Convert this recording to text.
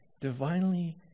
divinely